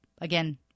again